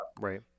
Right